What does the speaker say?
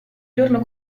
giorno